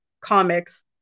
comics